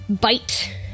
bite